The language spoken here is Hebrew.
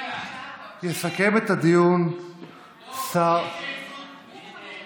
יסכם את הדיון השר, יש לי זכות דוברים.